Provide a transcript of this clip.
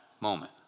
moment